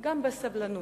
גם בסובלנות.